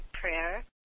prayer